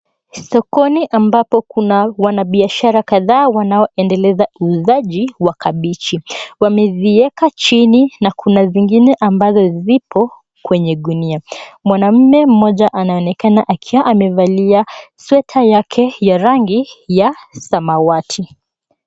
Sokoni ambapo kuna wanabiashara kadhaa wanaoendeleza uuzaji wa kabichi. Wamezieka chini na kuna zingine ambazo ziko kwenye gunia. Mwanamme mmoja anaonekana akiwa amevalia sweater yake ya rangi ya samawati.